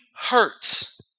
hurts